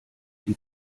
die